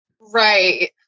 Right